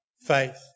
faith